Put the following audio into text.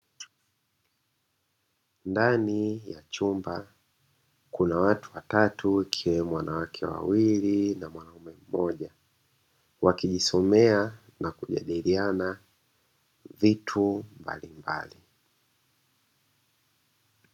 Ndani ya chumba kuna watu watatu ikiwemo wanawake wawili na mwanaume mmoja, wakijisomea na kujadiliana vitu mbalimbali.